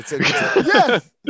Yes